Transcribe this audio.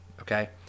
okay